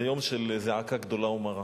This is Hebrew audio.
זה יום של זעקה גדולה ומרה.